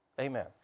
Amen